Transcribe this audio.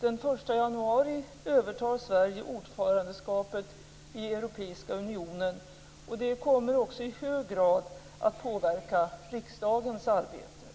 Den 1 januari övertar Sverige ordförandeskapet i Europeiska unionen, vilket också i hög grad kommer att påverka riksdagens arbete.